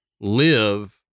live